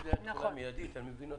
אם זה היה תחולה מידית, אני מבין אותך.